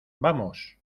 vamos